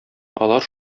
алар